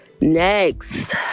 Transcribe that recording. Next